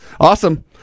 Awesome